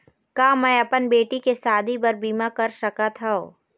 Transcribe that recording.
का मैं अपन बेटी के शादी बर बीमा कर सकत हव?